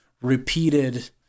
repeated